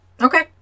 Okay